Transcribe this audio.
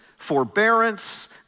forbearance